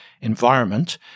environment